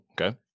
okay